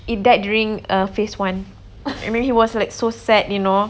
it died during err phase one I mean he was like so sad you know